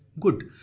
good